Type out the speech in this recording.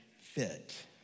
fit